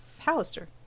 ...Hallister